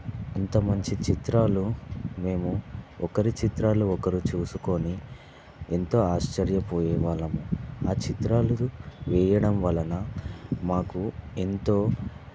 ఇంత మంచి చిత్రాలు మేము ఒకరి చిత్రాలు ఒకరు చూసుకుని ఎంతో ఆశ్చర్యపోయే వాళ్ళము ఆ చిత్రాలు వేయడం వలన మాకు ఎంతో